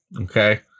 Okay